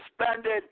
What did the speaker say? suspended